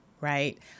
right